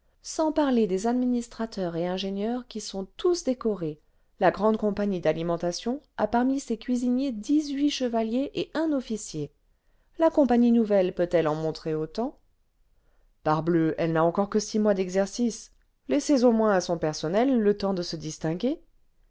sans parler des administrateurs et ingénieurs qui sont tous décorés la grande compagnie d'alimentation a parmi ses cuisiniers dix-huit chevaliers et tin officier la compagnie nouvelle peut-elle en montrer autant parbleu elle n'a encore que six mois d'exercice laissez au moins à son personnel le temps de se distinguer